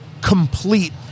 complete